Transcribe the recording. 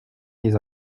les